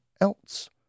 else